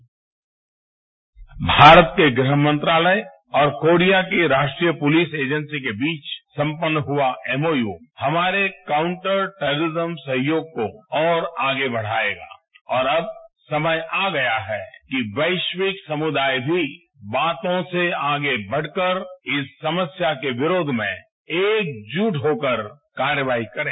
bite आज भारत के गहमंत्रालय और कोरिया के राष्ट्रीय पुलिस एजेंसी के बीच संपन्न हुआ एमओयू हमारे काउंटर टेरिरिज्म सहयोग को और आगे बढ़ायेगा और अब समय आ गया है कि वैश्विक समुदाय भी बातों से आगे बढ़कर इस समस्या के विरोध में एकजुट होकर कार्रवाई करे